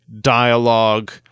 dialogue